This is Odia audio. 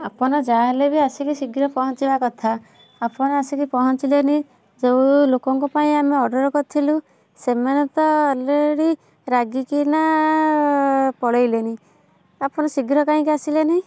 ଆପଣ ଯାହା ହେଲେ ବି ଆସିକି ଶୀଘ୍ର ପହଞ୍ଚେଇବା କଥା ଆପଣ ଆସିକି ପହଞ୍ଚିଲେନି ଯେଉଁ ଲୋକଙ୍କ ପାଇଁ ଆମେ ଅର୍ଡ଼ର କରିଥିଲୁ ସେମାନେ ତ ଅଲରେଡ଼ି ରାଗିକିନା ପଳେଇଲେଣି ଆପଣ ଶୀଘ୍ର କାହିଁକି ଆସିଲେନି